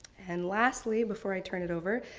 and lastly before i turn it over,